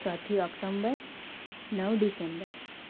ચોથી ઓક્ટોમ્બર નવ ડિસેમ્બર